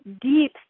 deep